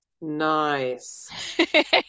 Nice